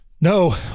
No